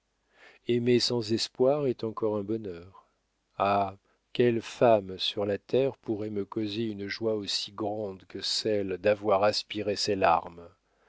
aimer sans espoir est encore un bonheur ah quelle femme sur la terre pourrait me causer une joie aussi grande que celle d'avoir aspiré ces larmes